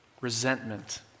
resentment